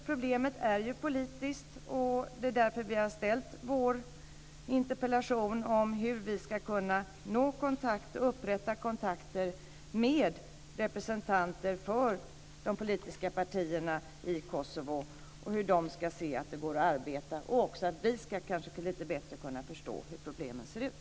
Problemet är politiskt, och det är därför som vi har ställt vår interpellation om hur vi ska kunna upprätta kontakter med representanter för de politiska partierna i Kosovo och hur de ska kunna se att de går att arbeta och att också vi bättre ska kunna förstå hur problemen ser ut.